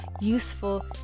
useful